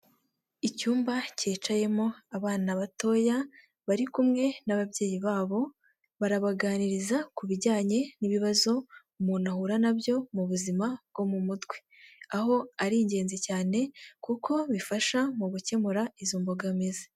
Icyumba cyicayemo abana batoya bari kumwe n'ababyeyi babo, barabaganiriza ku bijyanye n'ibibazo umuntu ahura nabyo mu buzima bwo mu mutwe ,aho ari ingenzi cyane kuko bifasha mu gukemura izo mbogamizi.